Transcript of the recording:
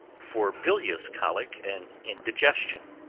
for bilious colic and indigestion.